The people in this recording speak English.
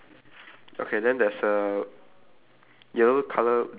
and the ya and the very bottom of the lamppost